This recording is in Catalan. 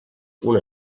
una